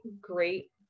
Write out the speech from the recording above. great